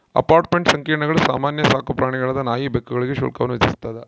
apartment ಸಂಕೀರ್ಣಗಳು ಸಾಮಾನ್ಯ ಸಾಕುಪ್ರಾಣಿಗಳಾದ ನಾಯಿ ಬೆಕ್ಕುಗಳಿಗೆ ಶುಲ್ಕವನ್ನು ವಿಧಿಸ್ತದ